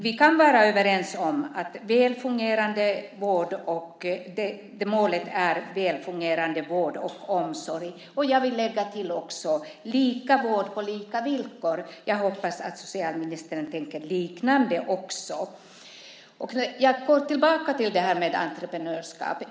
Vi kan vara överens om att målet är en väl fungerande vård och omsorg. Jag vill lägga till lika vård på lika villkor. Jag hoppas att socialministern tänker likadant. Jag går tillbaka till frågan om entreprenörskap.